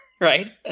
right